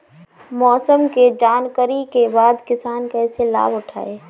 मौसम के जानकरी के बाद किसान कैसे लाभ उठाएं?